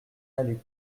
allait